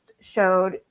showed